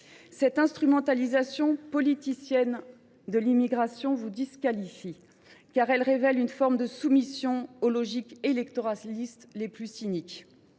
Cette instrumentalisation politicienne de l’immigration vous disqualifie, car elle révèle une forme de soumission aux logiques électoralistes les plus cyniques.